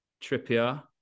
Trippier